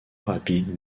rapide